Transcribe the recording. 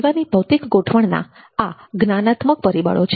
સેવાની ભૌતિક ગોઠવણના આ જ્ઞાનાત્મક પરિબળો છે